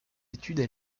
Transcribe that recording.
études